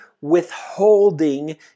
withholding